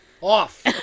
Off